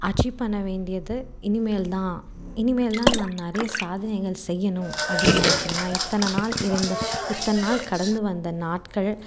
achieve பண்ண வேண்டியது இனிமேல் தான் இனிமேல் தான் நான் நிறையா சாதனைகள் செய்யணும் அப்படின்னு நினைக்கிறேன் நான் இத்தனை நாள் இருந்த இத்தனை நாள் கடந்து வந்த நாட்கள்